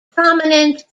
prominent